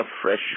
afresh